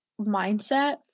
mindset